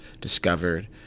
discovered